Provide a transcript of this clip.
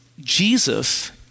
Jesus